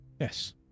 Yes